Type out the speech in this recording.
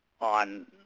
on